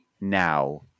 now